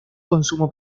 consumo